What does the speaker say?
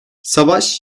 savaş